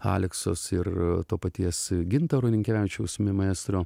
aleksos ir to paties gintaro rinkevičiaus maestro